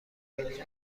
بینی